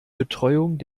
betreuung